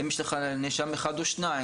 האם יש לך נאשם אחד או שניים,